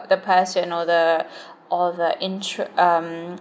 the person or the or the insu~ um